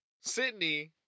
Sydney